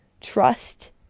Trust